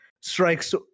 strikes